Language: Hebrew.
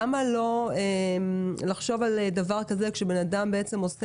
למה לא לחשוב על דבר כזה כשבן אדם עושה